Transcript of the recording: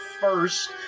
first